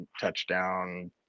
touchdown